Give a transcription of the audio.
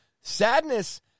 sadness